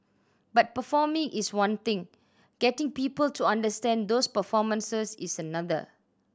but performing is one thing getting people to understand those performances is another